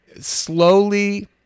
slowly